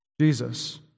Jesus